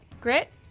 Grit